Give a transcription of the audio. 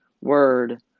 Word